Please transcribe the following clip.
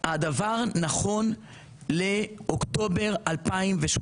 הדבר נכון לאוקטובר 2018,